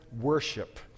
worship